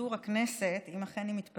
פיזור הכנסת, אם אכן היא מתפזרת,